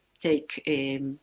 take